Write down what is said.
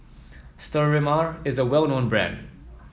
Sterimar is a well known brand